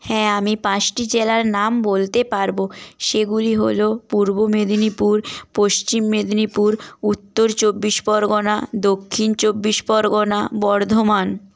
হ্যাঁ আমি পাঁচটি জেলার নাম বলতে পারব সেগুলি হল পূর্ব মেদিনীপুর পশ্চিম মেদিনীপুর উত্তর চব্বিশ পরগনা দক্ষিণ চব্বিশ পরগনা বর্ধমান